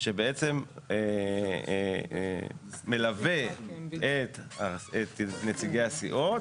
שבעצם מלווה את נציגי הסיעות,